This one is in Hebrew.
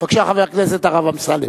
בבקשה, חבר הכנסת הרב אמסלם.